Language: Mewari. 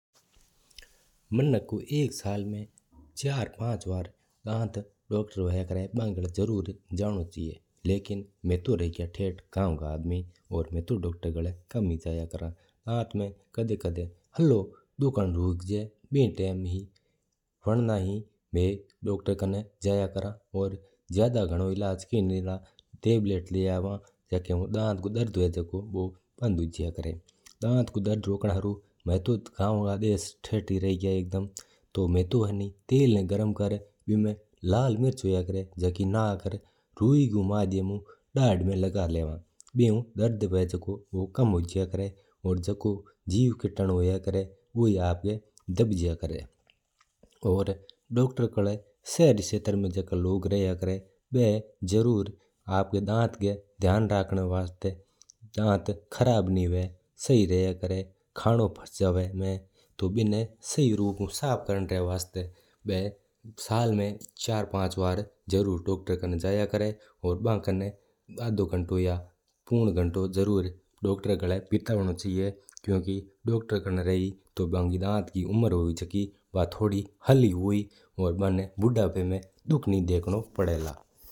मिनाक ऊ एक साल मैं चार-पाँच बार दाँत आला डॉक्टर कन जाया करा है। मै तो रहग्या ठेठ गाँव का आदमी और तो मै डॉक्टर का गल्ले कम्म ही जया करा हा। जिण समय हालो ही दुखण लाग जवा तो उन समय ही जया करा हा। वरना घणो ही कम्म जया करा हा। ज्यादा घणूँ इलाज की कूँ लेवा टेबलेट लेण आ जवा जाको ऊ दत्त दुखणो कम्म हो जवा है। मै तो दाँत दुखा तो मै रहग्या गाँव का आदमी तो मै तो तेल गर्म करण तेल मैं लौंग डालण क्रया करा जो दाँत दुखणो कम्म हो जवा।